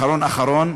אחרון-אחרון,